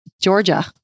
Georgia